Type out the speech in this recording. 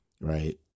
right